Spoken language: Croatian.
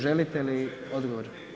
Želite li odgovor?